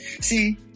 See